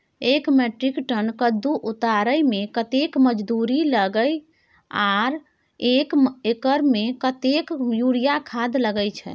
एक metric ton कद्दू उतारे में कतेक मजदूरी लागे इ आर एक एकर में कतेक यूरिया खाद लागे छै?